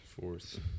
Fourth